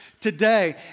today